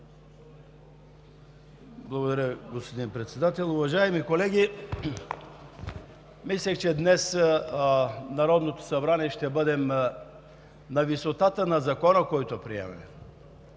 Благодаря, господин Председател. Уважаеми колеги, мислех, че днес Народното събрание ще бъде на висотата на Закона, който приемаме.